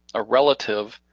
a relative,